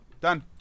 Done